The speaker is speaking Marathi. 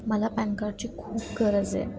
मला पॅन कार्डची खूप गरज आहे